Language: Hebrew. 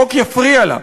חוק יפריע לה.